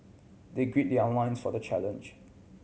they gird their loins for the challenge